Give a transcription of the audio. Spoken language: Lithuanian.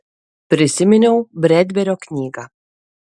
prisiminiau bredberio knygą